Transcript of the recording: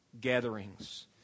gatherings